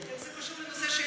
איך זה קשור לנושא השאילתה,